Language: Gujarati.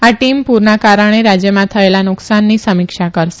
આ ટીમ પૂરના કારણે રાજ્યમાં થયેલા નુકસાનની સમિક્ષા કરશે